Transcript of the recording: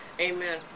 Amen